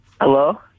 Hello